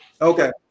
Okay